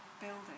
building